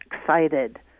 excited